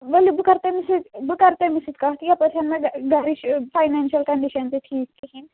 ؤلِو بہٕ کر تٔمِس سۭتۍ بہٕ کَرٕ تٔمِس سۭتۍ کَتھ یَپٲرۍ چھَنہٕ مےٚ گَرِچ فایناشَل کَنڈِشَن تہِ ٹھیٖک کِہیٖنۍ